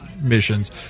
missions